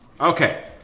Okay